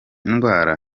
ndwara